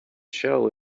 shell